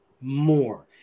more